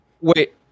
Wait